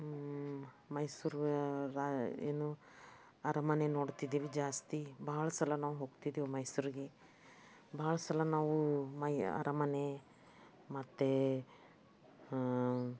ಮೈಸೂರು ರಾ ಏನು ಅರಮನೆ ನೊಡ್ತಿದ್ದೇವೆ ಜಾಸ್ತಿ ಬಹಳ ಸಲ ನಾವು ಹೊಗ್ತಿದ್ದೇವೆ ಮೈಸೂರಿಗೆ ಬಹಳ ಸಲ ನಾವು ಮೈ ಅರಮನೆ ಮತ್ತು ಹಾಂ